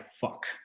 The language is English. fuck